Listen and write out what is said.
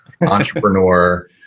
entrepreneur